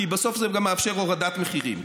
כי בסוף זה גם מאפשר הורדת מחירים.